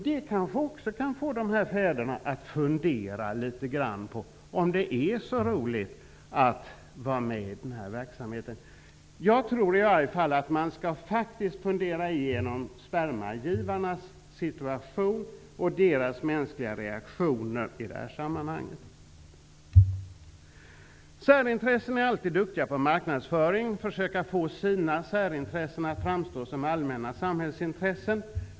Detta kanske också kan få de här föräldrarna att fundera litet grand över om det är så roligt att vara med i den här verkamheten. Jag tror i alla fall att man faktiskt skall fundera igenom spermagivarnas situation och deras mänskliga reaktioner i det här sammanhanget. Särintressen är alltid duktiga på marknadsföring, att försöka få sina särintressen att framstå som allmänna samhällsintressen.